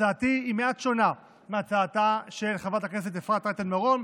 הצעתי היא מעט שונה מהצעתה של חברת הכנסת אפרת רייטן מרום,